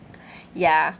ya